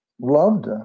loved